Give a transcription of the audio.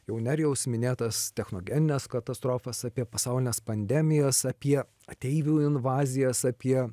jau nerijaus minėtas technogenines katastrofas apie pasaulines pandemijos apie ateivių invazijas apie